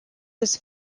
was